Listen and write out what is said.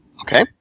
Okay